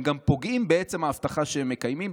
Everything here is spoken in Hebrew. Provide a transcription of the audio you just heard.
הם גם פוגעים בעצם ההבטחה שהם מקיימים,